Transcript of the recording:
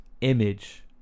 image